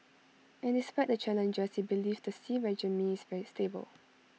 and despite the challenges he believes the Xi regime is stable